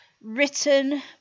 written